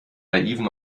naiven